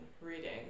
reading